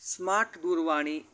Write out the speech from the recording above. smart दूरवाणी